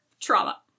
trauma